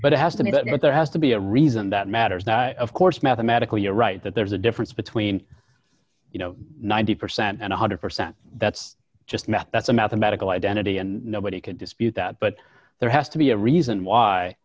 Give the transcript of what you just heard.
but it has to be but there has to be a reason that matters now of course mathematically you're right that there's a difference between you know ninety percent and one hundred percent that's just math that's a mathematical identity and nobody could dispute that but there has to be a reason why